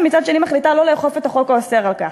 ומצד שני מחליטה שלא לאכוף את החוק האוסר זאת עליהם.